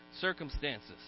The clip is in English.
circumstances